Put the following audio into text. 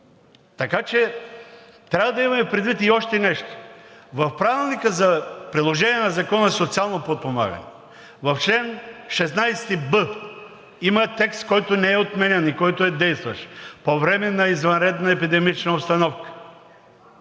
колко е. Трябва да имаме предвид и още нещо. В Правилника за приложение на Закона за социално подпомагане, в чл. 16б има текст, който не е отменен и който е действащ: по време на извънредна епидемична обстановка